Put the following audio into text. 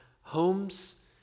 homes